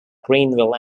greenville